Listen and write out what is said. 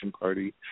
Party